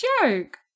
joke